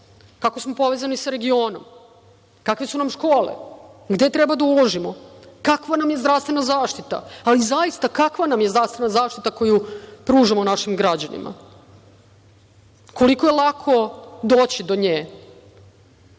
kako smo povezani sa regionom, kakve su nam škole, gde treba da uložimo, kakva nam je zdravstvena zaštita, ali zaista kakva nam je zdravstvena zaštitu koju pružamo našim građanima, koliko je lako doći do nje